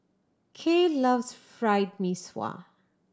Cael loves Fried Mee Sua